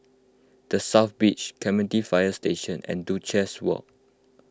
the South Beach Clementi Fire Station and Duchess Walk